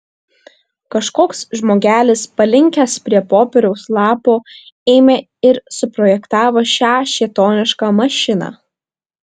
kažkoks žmogelis palinkęs prie popieriaus lapo ėmė ir suprojektavo šią šėtonišką mašiną